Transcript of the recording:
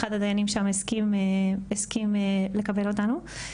אחד הדיינים שם הסכים לקבל אותנו.